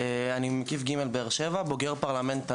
אני ממקיף ג׳ בבאר שבע ובוגר פרלמנט הנוער.